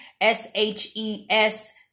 s-h-e-s